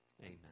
Amen